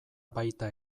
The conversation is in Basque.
baita